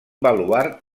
baluard